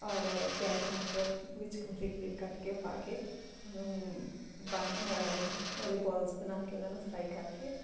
ਔਰ ਪਿਆਜ ਟਮਾਟਰ ਵਿੱਚ ਬਰੀਕ ਬਰੀਕ ਕੱਟ ਕੇ ਉਹ ਪਾ ਕੇ ਉਹਨੂੰ ਬੰਦ ਉਹਦੇ ਬੋਲਸ ਬਣਾ ਕੇ ਉਹਨਾਂ ਨੂੰ ਫਰਾਈ ਕਰਕੇ